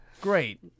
great